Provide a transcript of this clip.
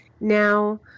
Now